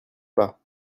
pas